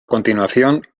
continuación